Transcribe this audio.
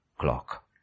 clock